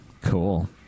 Cool